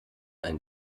einen